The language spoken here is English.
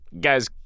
guys